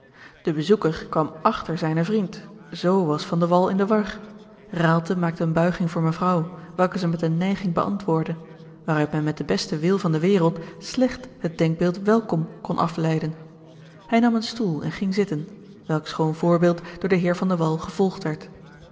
de bezoeker kwam achter zijnne vriend z was van de wall in de war raalte maakte eene buiging voor mevrouw welke ze met eene neiging beantwoordde waaruit men met den besten wil van de wereld slecht het denkbeeld welkom kon afleiden hij nam een stoel en ging zitten welk schoon voorbeeld door den heer van de wall gevolgd werd